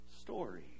story